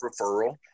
referral